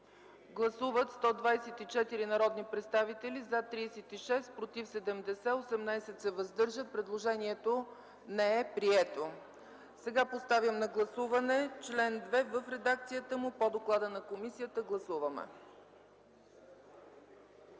Гласували 119 народни представители: за 22, против 92, въздържали се 5. Предложението не е прието. Поставям на гласуване чл. 3 в редакцията му по доклада на комисията. Гласували